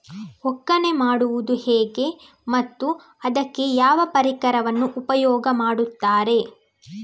ಒಕ್ಕಣೆ ಮಾಡುವುದು ಹೇಗೆ ಮತ್ತು ಅದಕ್ಕೆ ಯಾವ ಪರಿಕರವನ್ನು ಉಪಯೋಗ ಮಾಡುತ್ತಾರೆ?